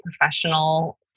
professional